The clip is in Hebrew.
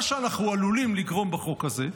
מה שאנחנו עלולים לגרום בחוק הזה,